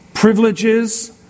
privileges